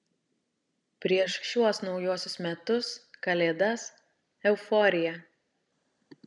prieš šiuos naujuosius metus kalėdas euforija